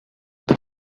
the